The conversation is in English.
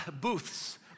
Booths